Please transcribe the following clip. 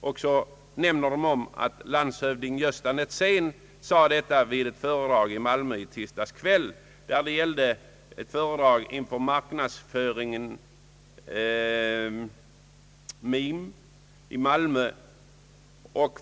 Tidningen nämner att landshövding Gösta Netzén fällde de orden i ett föredrag inför MIM, dvs. Marknadsföringen i Malmö.